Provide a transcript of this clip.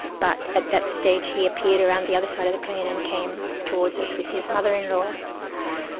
but at that stage he appeared around the other side of the plane and came towards us with his mother-in-law.